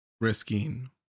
risking